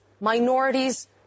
minorities